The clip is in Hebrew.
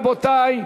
רבותי,